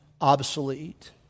obsolete